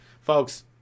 folks